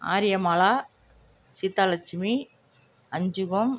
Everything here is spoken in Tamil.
ஆரியமாலா சீத்தாலட்சுமி அஞ்சுகம்